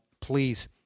Please